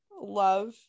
love